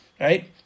right